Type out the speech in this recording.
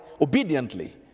obediently